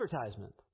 advertisement